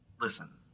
Listen